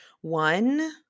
One